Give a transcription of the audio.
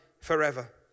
forever